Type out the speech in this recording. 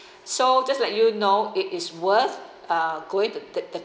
so just let you know it is worth uh going to the the